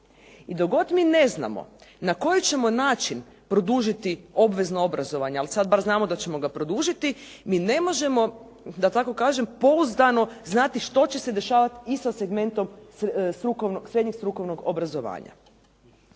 I dok god mi ne znamo na koji ćemo način produžiti obvezno obrazovanje, ali sad bar znamo da ćemo ga produžiti, mi ne možemo, da tako kažem, pouzdano znati što će se dešavati i sa segmentom srednjeg strukovnog obrazovanja.